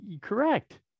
correct